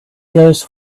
goes